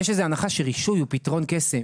יש איזו הנחה שרישוי הוא פתרון קסם.